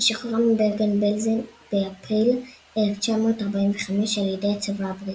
היא שוחררה מברגן בלזן באפריל 1945 על ידי הצבא הבריטי.